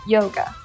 Yoga